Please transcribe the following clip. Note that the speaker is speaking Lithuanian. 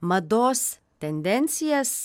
mados tendencijas